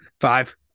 Five